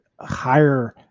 higher